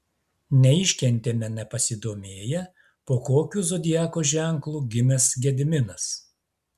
neiškentėme nepasidomėję po kokiu zodiako ženklu gimęs gediminas